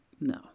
No